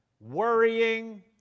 worrying